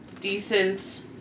decent